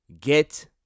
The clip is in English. Get